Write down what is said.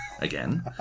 again